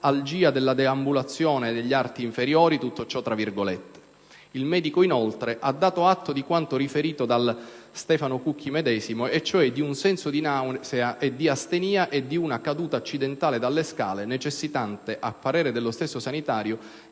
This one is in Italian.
algìa della deambulazione degli arti inferiori». Il medico, inoltre, ha dato atto di quanto riferito da Stefano Cucchi medesimo, e cioè di un senso di nausea e di astenia e di una caduta accidentale dalle scale necessitante, a parere dello stesso sanitario,